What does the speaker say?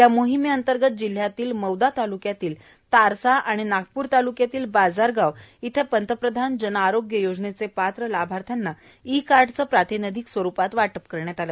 या मोहिमेअंतर्गत जिल्हयामधील मौदा तालुक्यातील तारसा आणि नागपूर तालुक्यातील बाजारगाव इथं पंतप्रधान जन आरोग्य योजनेचे पात्र लाभार्थ्यांना ई कार्डचे प्रातिनिधीक स्वरुपात वाटप करण्यात आले